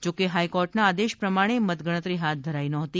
જો કે હાઇકોર્ટના આદેશ પ્રમાણે મતગણતરી હાથ ધરાઇ ન હતી